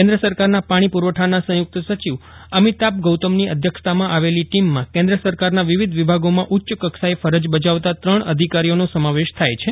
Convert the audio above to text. કેન્દ્ર સરકારના પાણી પુરવઠાના સંયુક્ત સચિવ અમિતાભ ગૌતમની અધ્યક્ષતામાં આવેલી ટીમમાં કેન્દ્ર સરકારના વિવિધ વિભાગોમાં ઉચ્ચકક્ષાએ ફરજ બજાવતા ત્રણ અધિકારીઓનો સમાવેશ થાય છે